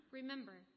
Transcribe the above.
Remember